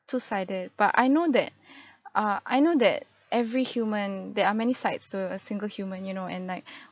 two-sided but I know that err I know that every human there are many sides to a single human you know and like